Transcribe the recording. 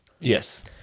Yes